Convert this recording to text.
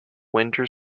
winter